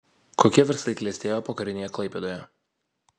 kokie verslai klestėjo pokarinėje klaipėdoje